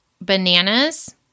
bananas